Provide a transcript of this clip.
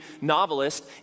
novelist